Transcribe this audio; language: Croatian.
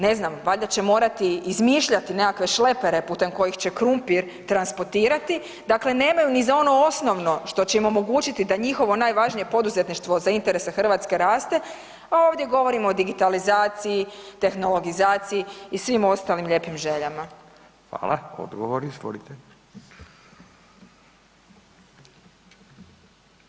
Ne znam, valjda će morati izmišljati nekakve šlepere putem kojih će krumpir transportirati, dakle nemaju ni za ono osnovno što će im omogućiti da njihovo najvažnije poduzetništvo za interese Hrvatske raste, a ovdje govorimo o digitalizaciji, tehnologizaciji i svim ostalim lijepim željama.